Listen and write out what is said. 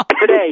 today